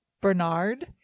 Bernard